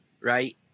right